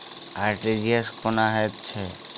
RTGS कोना होइत छै?